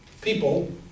people